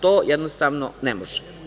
To jednostavno ne može.